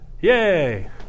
yay